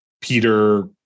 Peter